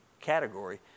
category